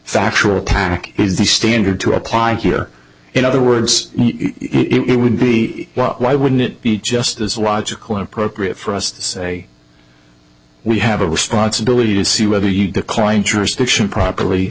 factual attack is the standard to apply here in other words it would be well why wouldn't it be just as logical appropriate for us to say we have a responsibility to see whether you decline to or stiction properly